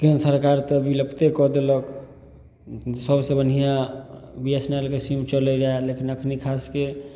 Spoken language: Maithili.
केंद्र सरकार तऽ बिलुप्ते कऽ देलक सब सऽ बढ़िऑं बी एस एन ल के सीम चलै रहै लेकिन अखनी खासके